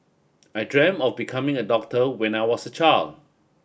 I dream of becoming a doctor when I was a child